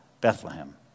Bethlehem